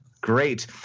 Great